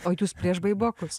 o jūs prieš baibokus